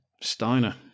Steiner